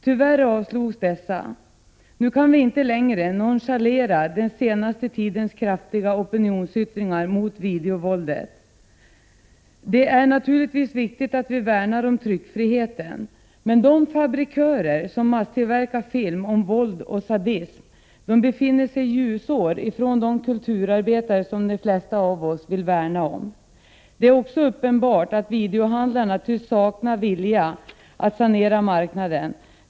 Tyvärr avslogs dessa. Nu kan vi inte längre nonchalera den senaste tidens kraftiga opinionsyttringar mot videovåldet. Det är naturligtvis viktigt att vi värnar om tryckfriheten. Men de fabrikörer som masstillverkar filmer om våld och sadism befinner sig ljusår från de kulturarbetare de flesta av oss vill värna om. Det är också uppenbart att videohandlarna tycks sakna vilja att sanera marknaden.